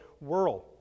world